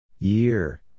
Year